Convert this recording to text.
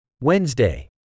Wednesday